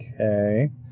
Okay